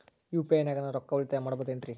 UPI ನಾಗ ನಾನು ರೊಕ್ಕ ಉಳಿತಾಯ ಮಾಡಬಹುದೇನ್ರಿ?